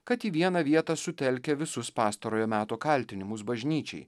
kad į vieną vietą sutelkia visus pastarojo meto kaltinimus bažnyčiai